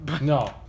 no